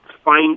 Fine